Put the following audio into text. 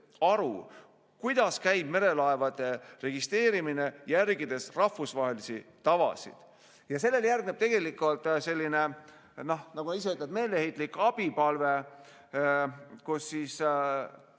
aru, kuidas käib merelaevade registreerimine, järgides rahvusvahelisi tavasid." Ja sellele järgneb tegelikult selline nagu isegi meeleheitlik abipalve, sest